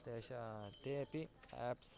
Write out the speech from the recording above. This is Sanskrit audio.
तेषां ते अपि एप्स्